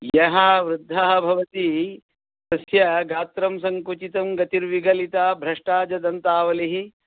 यः वृद्धः भवति तस्य गात्रं सङ्कुचितं गतिर्विगलिता भ्रष्टा च दन्तावलिः